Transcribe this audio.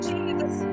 Jesus